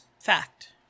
Fact